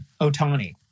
Otani